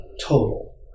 total